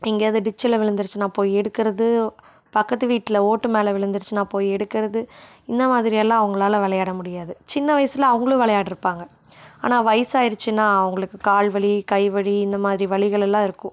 எங்கேயாவது டிச்சில் விழுந்துருச்சுன்னா போய் எடுக்குறது பக்கத்து வீட்டில் ஓட்டு மேலே விழுந்துருச்சுனா போய் எடுக்குறது இந்த மாதிரியெல்லாம் அவங்களால விளையாட முடியாது சின்ன வயதில் அவங்களும் விளையாடிருப்பாங்க ஆனால் வயசாயிருச்சுன்னா அவங்களுக்கு கால் வலி கை வலி இந்தமாதிரி வலிகளெல்லாம் இருக்கும்